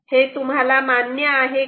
हे तुम्हाला मान्य आहे का